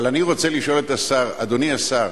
אבל אני רוצה לשאול את השר אדוני השר,